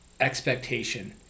expectation